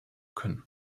können